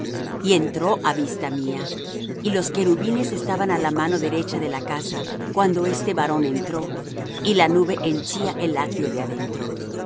y entró á vista mía y los querubines estaban á la mano derecha de la casa cuando este varón entró y la nube henchía el atrio de adentro